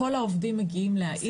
כל העובדים מגיעים להעיד ולספר.